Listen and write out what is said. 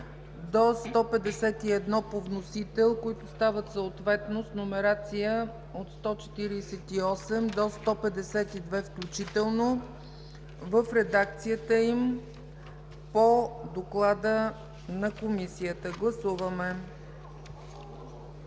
до 151 по вносител, които стават съответно с номерация от чл. 148 до 152 включително, в редакцията им по доклада на Комисията. Гласували